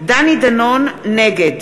נגד